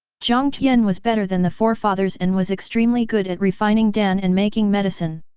jiang tian was better than the forefathers and was extremely good at refining dan and making medicine.